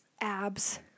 abs